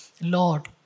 Lord